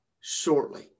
shortly